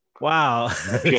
wow